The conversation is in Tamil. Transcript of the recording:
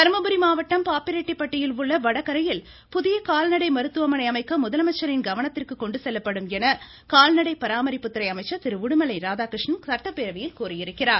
தர்மபுரி மாவட்டம் பாப்பிரெட்டி பட்டியில் உள்ள வடகரையில் புதிய கால்நடை மருத்துவமனை அமைக்க முதலமைச்சரின் கவனத்திற்கு கொண்டு செல்லப்படும் என கால்நடை பராமரிப்புத்துறை சட்டப்பேரவையில் கூறியிருக்கிறார்